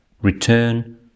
return